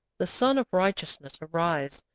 the sun of righteousness arise,